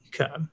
Okay